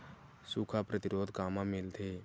सुखा प्रतिरोध कामा मिलथे?